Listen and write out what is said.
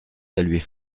saluer